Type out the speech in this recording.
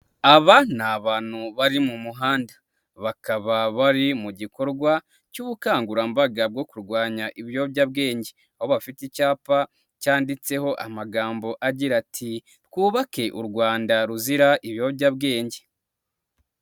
Aba ni abantu bari mu muhanda bakaba bari mu gikorwa cy'ubukangurambaga bwo kurwanya ibiyobyabwenge, aho bafite icyapa cyanditseho amagambo agira ati" twubake u Rwanda ruzira ibiyobyabwenge.